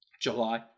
July